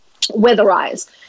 weatherize